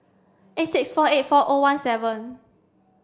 eight six four eight four O one seven